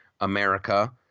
America